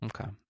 Okay